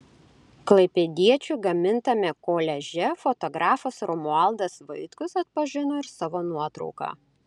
klaipėdiečių gamintame koliaže fotografas romualdas vaitkus atpažino ir savo nuotrauką